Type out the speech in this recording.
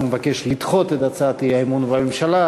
מבקש לדחות את הצעת האי-אמון בממשלה,